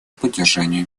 поддержанию